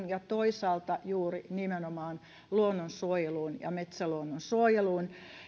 ja toisaalta juuri nimenomaan luonnonsuojeluun ja metsäluonnonsuojeluun